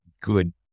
good